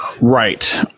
right